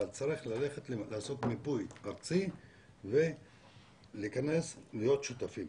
אבל צריך לעשות מיפוי ארצי ולהיכנס להיות שותפים,